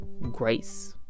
grace